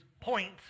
point